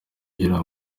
ugira